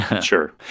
sure